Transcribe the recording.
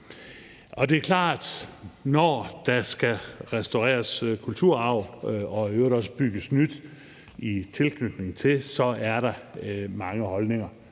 Det er klart, at der, når der skal restaureres kulturarv og der i øvrigt også skal bygges nyt i tilknytning til det, så er mange holdninger